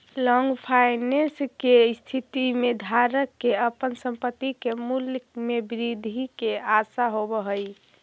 long finance के स्थिति में धारक के अपन संपत्ति के मूल्य में वृद्धि के आशा होवऽ हई